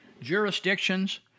jurisdictions